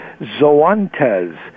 zoantes